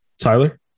Tyler